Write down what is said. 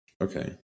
Okay